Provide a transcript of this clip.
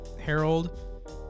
Harold